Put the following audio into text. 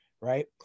right